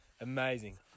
amazing